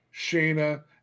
Shayna